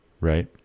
right